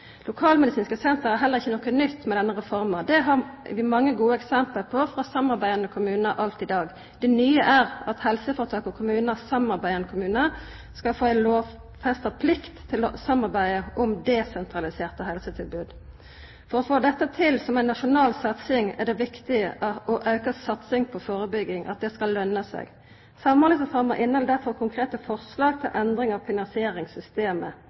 Lokalmedisinske senter er heller ikkje noko nytt med denne reforma. Det har vi mange gode eksempel på frå samarbeidande kommunar alt i dag. Det nye er at helseføretak og kommunar/samarbeidande kommunar skal få ei lovfesta plikt til å samarbeida om desentraliserte helsetilbod. For å få til dette som ei nasjonal satsing er det viktig at auka satsing på førebygging skal løna seg. Samhandlingsreforma inneheld derfor konkrete forslag til endringar av finansieringssystemet.